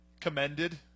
commended